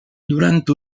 durant